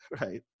Right